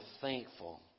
thankful